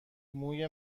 موی